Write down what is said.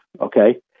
okay